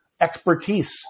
expertise